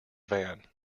van